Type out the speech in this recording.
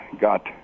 got